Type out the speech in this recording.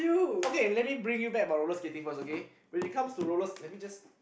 okay let me bring you back about roller skating first okay when it comes to rollers let me just